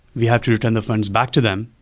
we have to return the funds back to them,